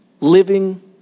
living